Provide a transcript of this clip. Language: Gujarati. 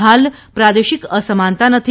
હાલ પ્રાદેશિક અસમાનતા નથી